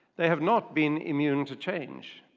they have not been immune to change.